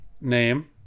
name